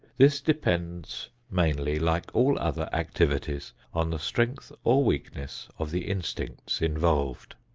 this depends mainly, like all other activities, on the strength or weakness of the instincts involved.